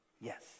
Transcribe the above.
Yes